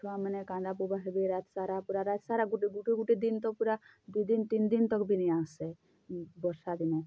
ଛୁଆମାନେ କାନ୍ଦା ବୋବା ହେବେ ରାଏତ୍ସାରା ପୁରା ରାଏତ୍ସାରା ଗୁଟେ ଗୁଟେ ଦିନ୍ ପୁରା ଦି ଦିନ୍ ତିନ୍ ଦିନ୍ ତକ୍ ନାଇଁ ଆସେ ବର୍ଷା ଦିନେ